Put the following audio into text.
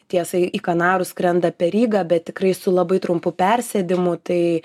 tiesai į kanarus skrenda per rygą bet tikrai su labai trumpu persėdimu tai